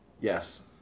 Yes